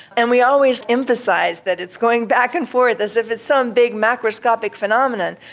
and we always emphasise that it's going back and forward as if it's some big macroscopic phenomenon,